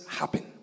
happen